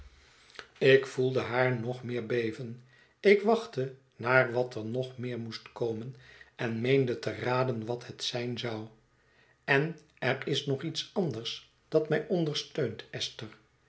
ik voelde haar nog meer beven ik wachtte naar wat er nog meer moest komen en meende te raden wat het zijn zou en er is nog iets anders dat mij ondersteunt esther